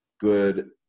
good